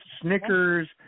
Snickers